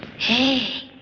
hey